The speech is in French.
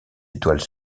étoiles